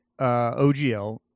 OGL